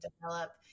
develop